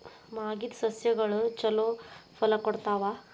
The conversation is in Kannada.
ಮಾಗಿದ್ ಸಸ್ಯಗಳು ಛಲೋ ಫಲ ಕೊಡ್ತಾವಾ?